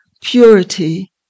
purity